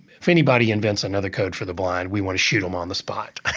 if anybody invents another code for the blind, we want to shoot them on the spot.